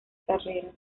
carrera